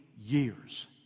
years